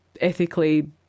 ethically